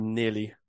nearly